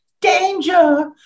Danger